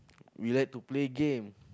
we like to play game